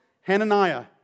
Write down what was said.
Hananiah